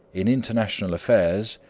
in international affairs,